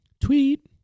tweet